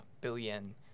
billion